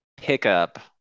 Pickup